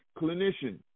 clinician